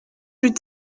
plus